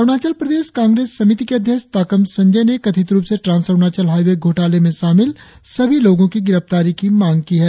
अरुणाचल प्रदेश कांग्रेस समिति के अध्यक्ष ताकाम संजोय ने कथित रुप से ट्रांस अरुणाचल हाईवे घोटाले में शामिल सभी लोगों की गिरफ्तारी की मांग की है